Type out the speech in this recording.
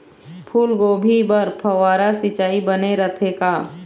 फूलगोभी बर फव्वारा सिचाई बने रथे का?